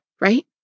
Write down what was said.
right